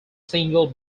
single